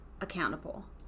accountable